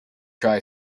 try